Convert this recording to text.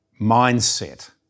mindset